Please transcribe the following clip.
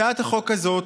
הצעת החוק הזאת,